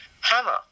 Hammer